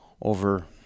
Over